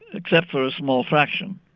except for a small fraction.